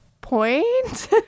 point